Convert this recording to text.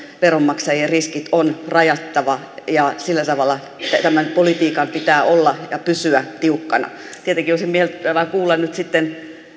veronmaksajien riskit on rajattava ja sillä tavalla tämän politiikan pitää olla ja pysyä tiukkana tietenkin olisi miellyttävää kuulla nyt sitten